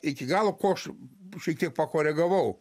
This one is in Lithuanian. iki galo koš šiek tiek pakoregavau